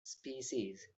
species